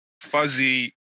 fuzzy